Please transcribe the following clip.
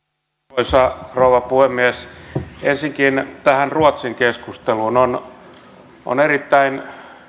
arvoisa rouva puhemies ensinnäkin tähän ruotsin keskusteluun on on erittäin